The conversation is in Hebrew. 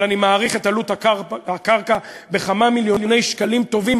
אבל אני מעריך את עלות הקרקע בכמה מיליוני שקלים טובים,